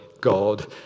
God